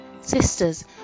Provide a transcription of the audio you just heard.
Sisters